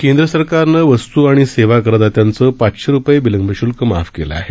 केंद्र सरकारनं वस्तू आणि सेवा करदात्यांचं पाचशे रुपये विलंब शुल्क माफ केलं आहे